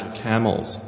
camels